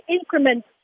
increment